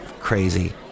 crazy